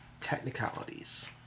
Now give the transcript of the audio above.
Technicalities